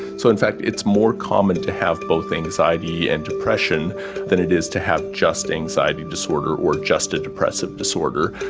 so in fact it's more common to have both anxiety and depression than it is to have just anxiety disorder or just a depressive disorder.